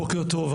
בוקר טוב,